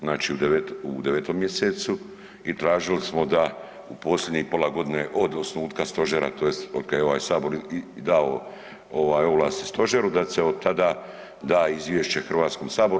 Znači u 9 mjesecu i tražili smo da u posljednjih pola godine od osnutka Stožera tj. od kada je ovaj Sabor dao ovlasti Stožeru da se od tada da izvješće Hrvatskom saboru.